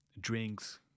drinks